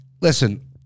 listen